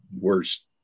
worst